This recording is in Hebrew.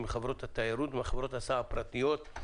מחברות התיירות ומחברות ההסעה הפרטיות.